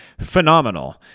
phenomenal